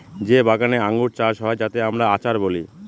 যে বাগানে আঙ্গুর চাষ হয় যাতে আমরা আচার বলি